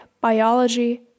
biology